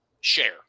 share